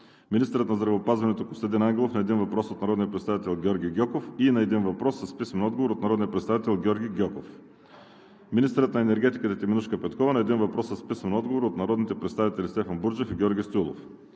министърът на здравеопазването Костадин Ангелов – на един въпрос от народния представител Георги Гьоков и на един въпрос с писмен отговор от народния представител Георги Гьоков; - министърът на енергетиката Теменужка Петкова – на един въпрос с писмен отговор от народните представители Стефан Бурджев и Георги Стоилов.